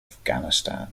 afghanistan